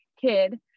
kid